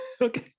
Okay